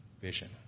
vision